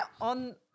on